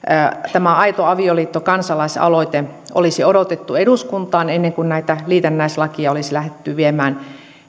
tämä aito avioliitto kansalaisaloite tulee eduskuntaan ennen kuin näitä liitännäislakeja olisi lähdetty viemään